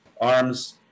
arms